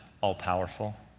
all-powerful